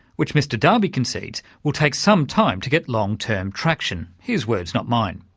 which mr darby concedes will take some time to get long-term traction, his words, not mine.